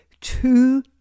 two